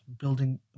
building